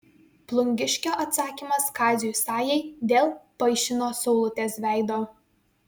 plungiškio atsakymas kaziui sajai dėl paišino saulutės veido